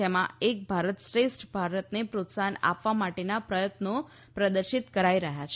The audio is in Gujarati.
જેમાં એક ભારત શ્રેષ્ઠ ભારતને પ્રોત્સાહન આપવા માટેનાં પ્રયત્નો પ્રદર્શિત કરાઈ રહ્યા છે